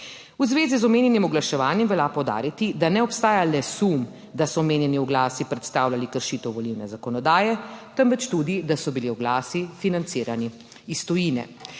V zvezi z omenjenim oglaševanjem velja poudariti, da ne obstaja le sum, da so omenjeni oglasi predstavljali kršitev volilne zakonodaje, temveč tudi, da so bili oglasi financirani iz tujine.